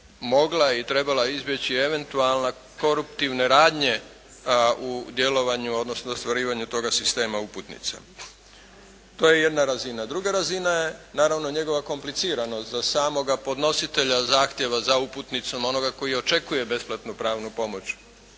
mogla i trebala izbjeći eventualna koruptivne radnje u djelovanju odnosno ostvarivanju toga sistema uputnica. To je jedna razina. A druga razina je naravno njegova kompliciranost za samoga podnositelja zahtjeva za uputnicom onoga koji očekuje besplatnu pravnu pomoć.